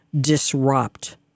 disrupt